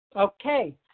Okay